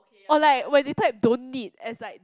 or like when they type don't need as like